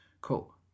cool